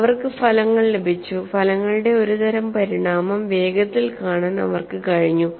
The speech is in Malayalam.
അവർക്ക് ഫലങ്ങൾ ലഭിച്ചു ഫലങ്ങളുടെ ഒരുതരം പരിണാമം വേഗത്തിൽ കാണാൻ അവർക്ക് കഴിഞ്ഞു